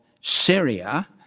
Syria